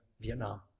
Vietnam